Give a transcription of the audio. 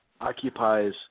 occupies